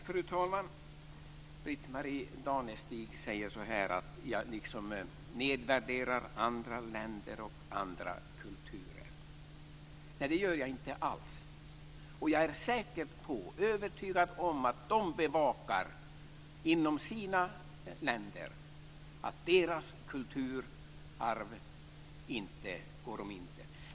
Fru talman! Britt-Marie Danestig säger att jag nedvärderar andra länder och andra kulturer. Nej, det gör jag inte alls. Och jag är övertygad om att man i andra länder bevakar att deras kulturarv inte går om intet.